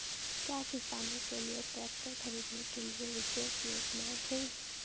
क्या किसानों के लिए ट्रैक्टर खरीदने के लिए विशेष योजनाएं हैं?